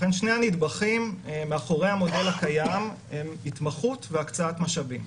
לכן שני הנדבכים מאחורי המודל הקיים הם התמחות והקצאת משאבים.